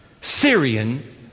Syrian